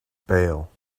bail